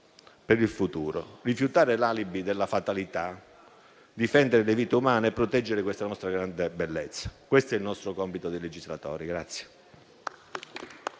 per il futuro, rifiutare l'alibi della fatalità, difendere le vite umane e proteggere questa nostra grande bellezza. Questo è il nostro compito di legislatori.